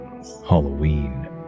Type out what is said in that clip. Halloween